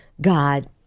God